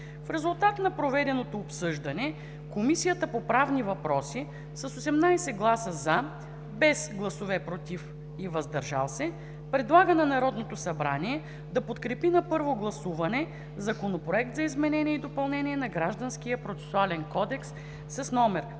В резултат на проведеното обсъждане Комисията по правни въпроси с 18 гласа „за“, без гласове „против“ и „въздържал се“ предлага на Народното събрание да подкрепи на първо гласуване Законопроект за изменение и допълнение на Гражданския процесуален кодекс, №